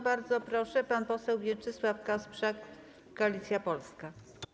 Bardzo proszę, pan poseł Mieczysław Kasprzak, Koalicja Polska.